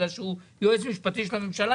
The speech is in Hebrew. בגלל שהוא יועץ משפטי של הממשלה,